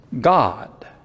God